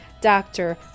doctor